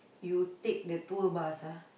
you take the tour bus ah